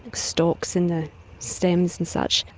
stalks and the stems and such,